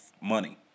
money